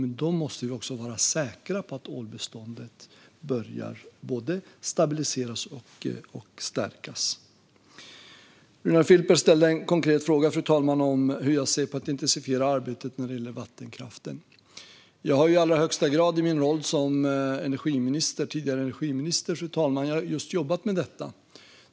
Men då måste vi också vara säkra på att ålbeståndet börjar både stabiliseras och stärkas. Fru talman! Runar Filper ställde en konkret fråga om hur jag ser på att intensifiera arbetet när det gäller vattenkraften. Jag har i allra högsta grad, i min roll som energiminister tidigare, jobbat med just detta.